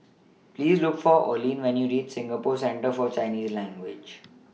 Please Look For Oline when YOU REACH Singapore Centre For Chinese Language